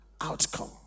outcome